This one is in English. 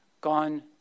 gone